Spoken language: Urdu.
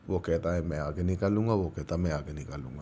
وہ کہتا ہے میں آگے نکالوں گا وہ کہتا میں آگے نکالوں گا